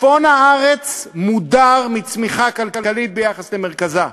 צפון הארץ מודר מצמיחה כלכלית ביחס למרכזה.